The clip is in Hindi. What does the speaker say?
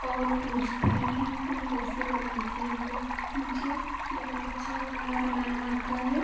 और पूछते हैं कि तुम कैसे बनाती हो मुझे बहुत अच्छा खाना बनाना आता है